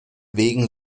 wegen